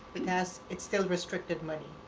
it has it's still restricted money.